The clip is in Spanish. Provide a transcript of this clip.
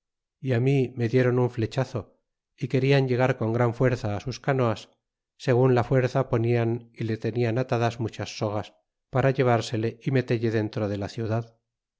y mi me dieron un flechazo y quedan llegar con gran fuerza sus canoas segun la fuerza ponian y le tenian atadas muchas sogas para llevársela y metelle dentro de la ciudad